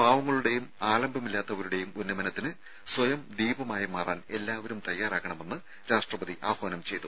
പാവങ്ങളുടെയും ആലംബമില്ലാത്തവരുടെയും ഉന്നമനത്തിന് സ്വയം ദീപമായി മാറാൻ എല്ലാവരും തയ്യാറാകണമെന്ന് രാഷ്ട്രപതി ആഹ്വാനം ചെയ്തു